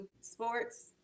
sports